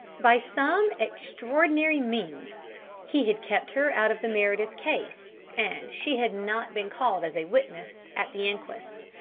by some extraordinary means he had kept her out of the meredith case and she had not been called as a witness at the inquest.